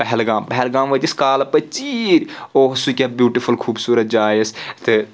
پہلگام پہلگام وٲتۍ أسۍ کالہٕ پَتہٕ ژیٖرۍ اوٚہ سُہ کیاہ بیوٗٹفُل خوٗبصوٗرت جاے ٲسۍ تہٕ